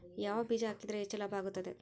ಯಾವ ಬೇಜ ಹಾಕಿದ್ರ ಹೆಚ್ಚ ಲಾಭ ಆಗುತ್ತದೆ?